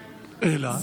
אלא?